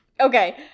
Okay